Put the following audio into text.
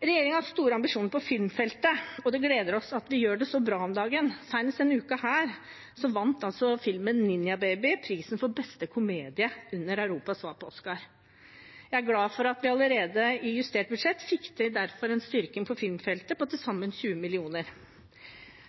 har store ambisjoner på filmfeltet, og det gleder oss at vi gjør det så bra om dagen. Senest denne uken vant altså filmen Ninjababy prisen for beste komedie under Europas svar på Oscar. Jeg er glad for at vi allerede i justert budsjett fikk til en styrking på filmfeltet på til sammen 20 mill.